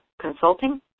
consulting